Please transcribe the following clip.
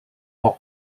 for